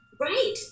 Right